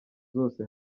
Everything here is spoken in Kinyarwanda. zose